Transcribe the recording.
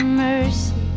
mercy